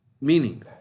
Meaning